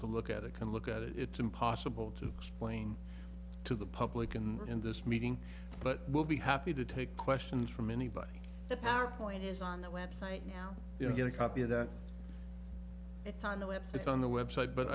to look at it can look at it it's impossible to keep playing to the public and in this meeting but we'll be happy to take questions from anybody the power point is on the website now you know get a copy of that it's on the website on the website but